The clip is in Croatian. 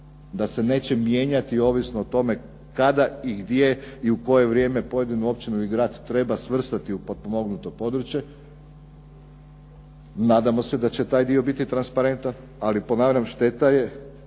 da se neće mijenjati ovisno o tome kada i gdje i u koje vrijeme pojedinu općinu ili grad treba svrstati u potpomognuto područje, nadamo se da će taj dio biti transparentan, ali ponavljam šteta je